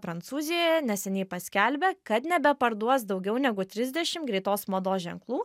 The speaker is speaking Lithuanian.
prancūzijoje neseniai paskelbė kad nebeparduos daugiau negu trisdešim greitos mados ženklų